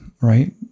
right